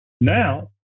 Now